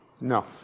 No